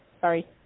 Sorry